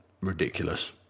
ridiculous